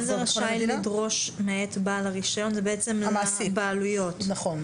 (2) העובד הורשע בעבירה אחרת